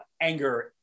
anger